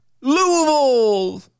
Louisville